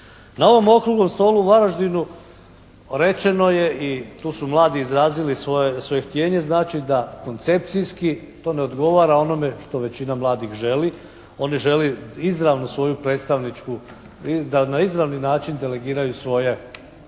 Na ovom Okruglom stolu u Varaždinu rečeno je i tu su mladi izrazili svoje htijenje, znači da koncepcijski to ne odgovara onome što većina mladih želi. Oni žele da na izravni način delegiraju svoje članove